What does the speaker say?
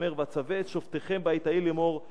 הוא אומר: ואצווה את שופטיכם בעת ההיא לאמור,